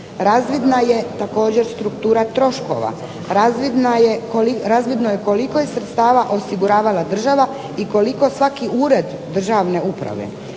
Razvidna je također struktura troškova, razvidno je koliko je sredstava osiguravala država i koliko svaki ured državne uprave.